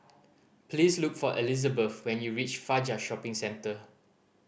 please look for Elizabeth when you reach Fajar Shopping Centre